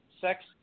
Sex